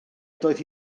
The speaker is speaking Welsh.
doedd